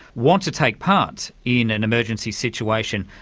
want to take part in an emergency situation,